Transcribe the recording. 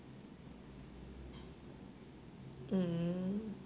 mm